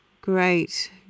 Great